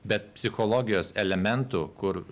bet psichologijos elementų kur